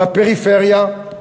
בפריפריה,